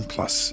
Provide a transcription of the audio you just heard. Plus